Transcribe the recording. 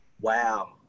Wow